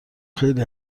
خیلی